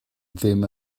ddim